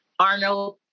Arnold